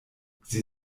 sie